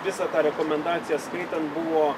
visą tą rekomendaciją skaitant buvo